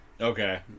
Okay